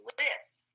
list